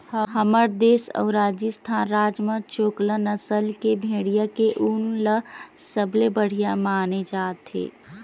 हमर देस अउ राजिस्थान राज म चोकला नसल के भेड़िया के ऊन ल सबले बड़िया माने जाथे